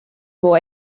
boy